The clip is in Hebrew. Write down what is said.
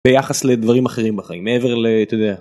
ביחס לדברים אחרים בחיים מעבר ל.. אתה יודע